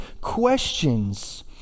questions